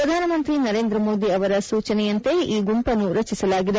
ಪ್ರಧಾನಮಂತ್ರಿ ನರೇಂದ್ರ ಮೋದಿ ಅವರ ಸೂಚನೆಯಂತೆ ಈ ಗುಂಪನ್ನು ರಚಿಸಲಾಗಿದೆ